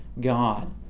God